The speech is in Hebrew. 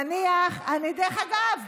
דרך אגב,